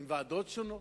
עם ועדות שונות.